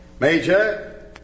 Major